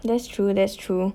that's true that's true